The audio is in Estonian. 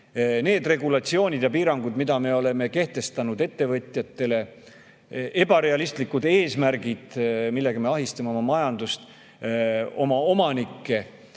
Need regulatsioonid ja piirangud, mis me oleme kehtestanud ettevõtjatele, ebarealistlikud eesmärgid, millega me ahistame oma majandust, oma omanikke